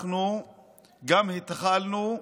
אנחנו גם התחלנו,